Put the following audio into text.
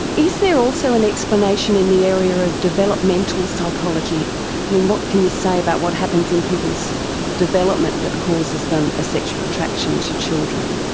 is there also an explanation in the area of developmental psychology i mean what can you say about what happens in people's development that causes them a sexual attraction to children?